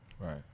Right